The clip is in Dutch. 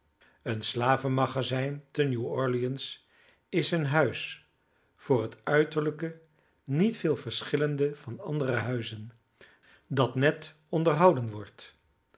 een slavenmagazijn te nieuw orleans is een huis voor het uiterlijke niet veel verschillende van andere huizen dat net onderhouden wordt